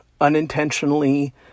unintentionally